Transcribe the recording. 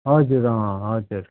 हजुर अँ हजुर